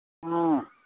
ꯑꯥ